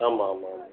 ஆமாம் ஆமாம் ஆமாம்